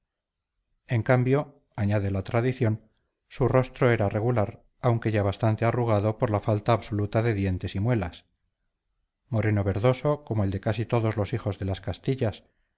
en cambio añade la tradición su rostro era regular aunque ya bastante arrugado por la falta absoluta de dientes y muelas moreno verdoso como el de casi todos los hijos de las castillas